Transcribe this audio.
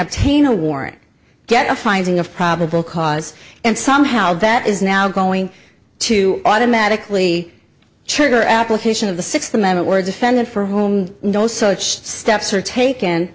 obtain a warrant get a finding of probable cause and somehow that is now going to automatically trigger application of the sixth amendment word defendant for whom no such steps are taken